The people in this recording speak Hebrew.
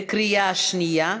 בקריאה שנייה.